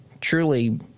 truly